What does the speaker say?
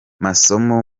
masomo